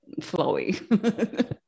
flowy